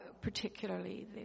particularly